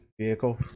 vehicle